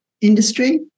industry